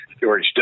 George